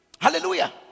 Hallelujah